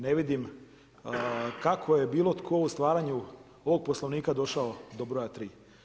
Ne vidim kako je bilo tko u stvaranju ovog Poslovnika došao do broja tri.